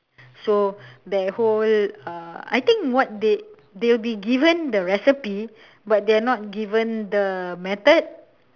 so their whole uh I think what they they'll be given the recipe but they're not given the method